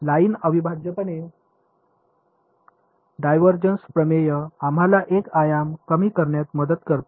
line अविभाज्यपणे divergence प्रमेय आम्हाला एक आयाम कमी करण्यास मदत करते